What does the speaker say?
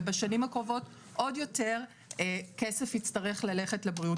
ובשנים הקרובות עוד יותר כסף יצטרך ללכת לבריאות